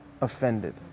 offended